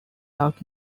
out